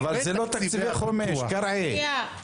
אבל זה לא תקציבי חומש, קרעי.